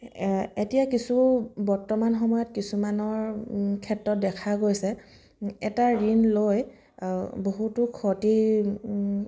এতিয়া কিছু বৰ্তমান সময়ত কিছুমানৰ ক্ষেত্ৰত দেখা গৈছে এটা ঋণ লৈ বহুতো ক্ষতি